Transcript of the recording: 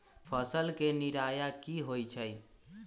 फसल के निराया की होइ छई?